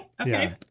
Okay